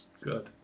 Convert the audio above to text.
good